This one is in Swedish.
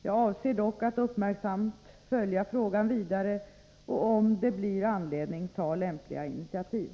Jag avser dock att uppmärksamt följa frågan vidare och, om det blir anledning, ta lämpliga initiativ.